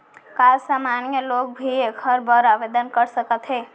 का सामान्य लोग भी एखर बर आवदेन कर सकत हे?